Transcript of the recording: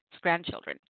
grandchildren